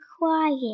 quiet